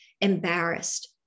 embarrassed